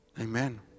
Amen